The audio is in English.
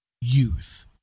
youth